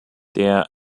der